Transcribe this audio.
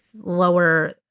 lower